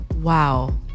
Wow